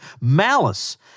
MALICE